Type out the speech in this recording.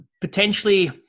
potentially